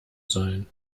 sein